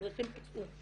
מדריכים הוצאו, עובדה.